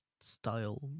style